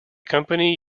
company